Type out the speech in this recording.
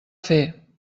fer